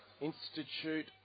Institute